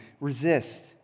Resist